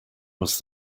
was